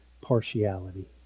partiality